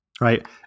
right